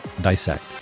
dissect